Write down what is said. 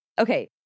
Okay